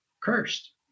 cursed